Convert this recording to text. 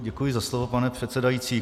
Děkuji za slovo, pane předsedající.